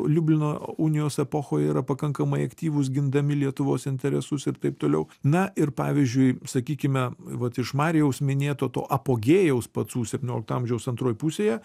liublino unijos epochoje yra pakankamai aktyvūs gindami lietuvos interesus ir taip toliau na ir pavyzdžiui sakykime vat iš marijaus minėto to apogėjaus pacų septyniolikto amžiaus antroj pusėje